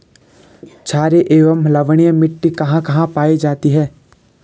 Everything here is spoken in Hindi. छारीय एवं लवणीय मिट्टी कहां कहां पायी जाती है?